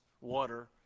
water